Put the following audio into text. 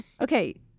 Okay